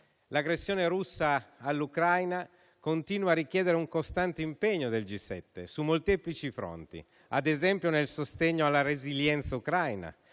L'aggressione russa all'Ucraina continua a richiedere un costante impegno del G7 su molteplici fronti, ad esempio nel sostegno alla resilienza ucraina,